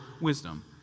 wisdom